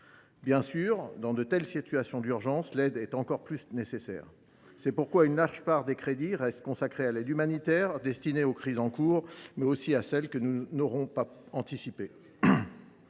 Bien sûr, dans de telles situations d’urgence, l’aide est encore plus nécessaire. C’est pourquoi une large part des crédits reste consacrée à l’aide humanitaire, destinée aux crises en cours, mais aussi à celles que nous n’aurons pas anticipées.